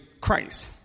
Christ